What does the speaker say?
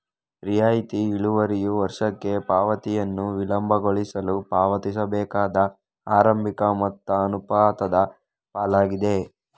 ರಿಯಾಯಿತಿ ಇಳುವರಿಯು ವರ್ಷಕ್ಕೆ ಪಾವತಿಯನ್ನು ವಿಳಂಬಗೊಳಿಸಲು ಪಾವತಿಸಬೇಕಾದ ಆರಂಭಿಕ ಮೊತ್ತದ ಅನುಪಾತದ ಪಾಲಾಗಿದೆ